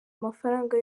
amafaranga